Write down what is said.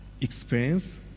experience